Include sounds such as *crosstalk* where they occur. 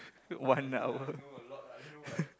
one hour *laughs*